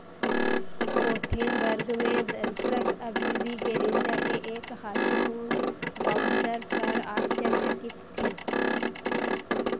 Gothenburg में दर्शक अभी भी गैरिन्चा के एक हास्यपूर्ण बाउंसर पर आश्चर्यचकित थे